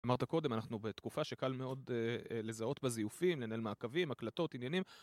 אמרת קודם, אנחנו בתקופה שקל מאוד לזהות בה זיופים, לנהל מעקבים, הקלטות, עניינים